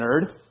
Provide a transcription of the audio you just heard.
nerd